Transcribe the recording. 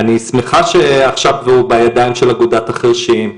אני שמחה שעכשיו זה בידיים של אגודת החרשים,